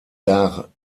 dar